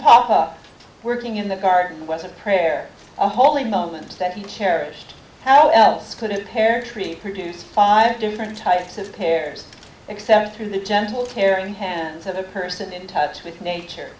pop up working in the garden was a prayer a holy moment that he cherished how else could it pear tree to produce five different types of pears except through the gentle tearing hands of a person in touch with nature